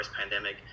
pandemic